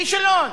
כישלון,